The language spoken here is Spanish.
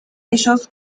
ellos